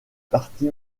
parti